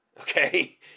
okay